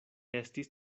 estis